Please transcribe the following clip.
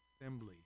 assembly